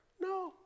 No